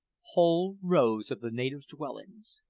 whole rows of the native dwellings!